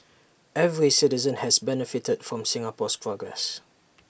every citizen has benefited from Singapore's progress